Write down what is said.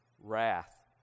wrath